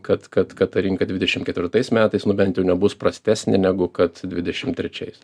kad kad kad ta rinka dvidešimt ketvirtais metais nu bent jau nebus prastesnė negu kad dvidešimt trečiais